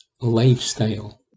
Lifestyle